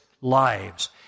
lives